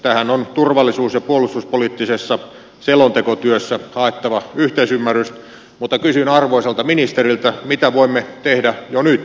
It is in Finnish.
tähän on turvallisuus ja puolustuspoliittisessa selontekotyössä haettava yhteisymmärrys mutta kysyn arvoisalta ministeriltä mitä voimme tehdä jo nyt